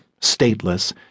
stateless